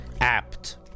apt